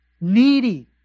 Needy